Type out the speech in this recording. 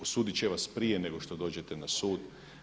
Osudit će vas prije nego što dođete na sud.